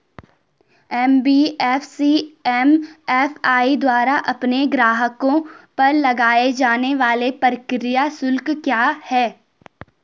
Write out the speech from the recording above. NBFC MFI द्वारा अपने ग्राहकों पर लगाए जाने वाले प्रक्रिया शुल्क क्या क्या हैं?